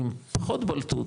אם פחות בולטות,